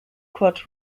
kurt